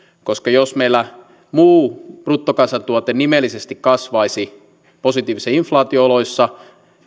jos meillä muu bruttokansantuote nimellisesti kasvaisi positiivisen inflaation oloissa